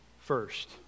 First